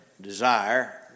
desire